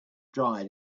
dried